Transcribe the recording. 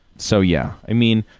so, yeah. i mean,